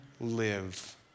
live